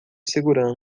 segurando